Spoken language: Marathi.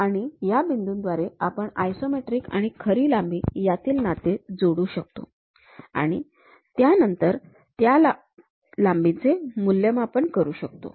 आणि या बिंदूंद्वारे आपण आयसोमेट्रिक आणि खरी लांबी यातील नाते जोडू शकतो आणि त्यानंतर लांबीचे मूल्यमापन करू शकतो